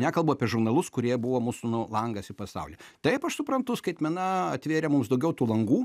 nekalbu apie žurnalus kurie buvo mūsų nu langas į pasaulį taip aš suprantu skaitmena atvėrė mums daugiau tų langų